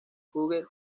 hughes